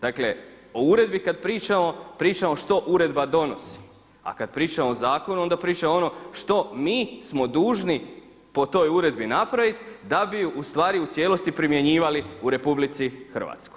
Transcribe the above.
Dakle o uredbi kada pričamo, pričamo što uredba donosi, a kada pričamo o zakonu onda priča ono što mi smo dužni po toj uredbi napraviti da bi ustvari u cijelosti primjenjivali u RH.